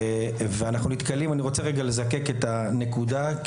אני רוצה רגע לזקק את הנקודה הזו,